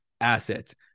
assets